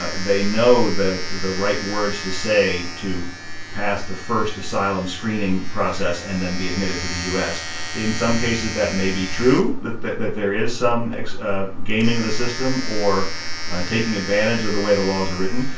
they know the the right words to say to pass the first asylum screening process and then be admitted to the u s in some cases, that may be true, that that there is some ah gaming of the system or taking advantage of the way the laws are written.